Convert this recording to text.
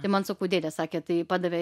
tai man sakau dėdė sakė tai padavė